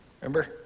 Remember